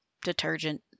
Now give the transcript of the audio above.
detergent